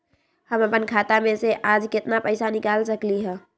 हम अपन खाता में से आज केतना पैसा निकाल सकलि ह?